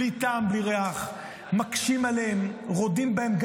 בלי טעם, בלי ריח, מקשים עליהם, רודים בהם.